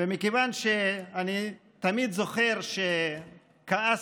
ומכיוון שאני תמיד זוכר שכעסתי,